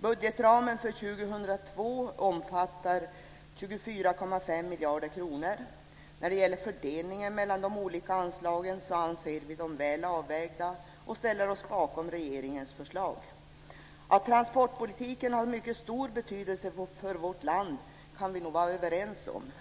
Budgetramen för 2002 omfattar 24,5 miljarder kronor. Vad gäller fördelningen mellan de olika anslagen kan jag säga att vi anser anslagen vara väl avvägda, och vi ställer oss bakom regeringens förslag. Att transportpolitiken har mycket stor betydelse för vårt land kan vi nog vara överens om.